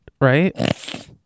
right